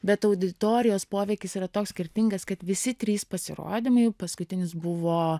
bet auditorijos poveikis yra toks skirtingas kad visi trys pasirodymai paskutinis buvo